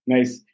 Nice